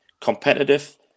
competitive